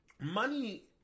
money